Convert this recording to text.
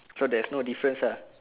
so there's no difference uh